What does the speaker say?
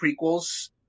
prequels